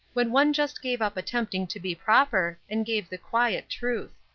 when one just gave up attempting to be proper, and gave the quiet truth.